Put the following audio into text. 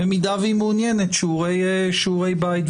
במידה שהיא מעוניינת שיעורי בית,